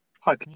Hi